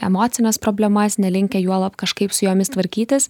emocines problemas nelinkę juolab kažkaip su jomis tvarkytis